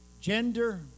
gender